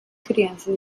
crianças